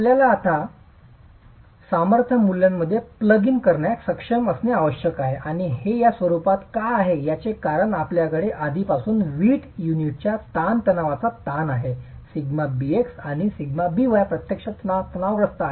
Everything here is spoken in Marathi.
आपल्याला आता सामर्थ्य मूल्यांमध्ये प्लग इन करण्यास सक्षम असणे आवश्यक आहे आणि हे या स्वरूपात का आहे याचे कारण आपल्याकडे आधीपासूनच वीट युनिटचा ताणतणावाचा ताण आहे σbx आणि σby प्रत्यक्षात तणावग्रस्त आहेत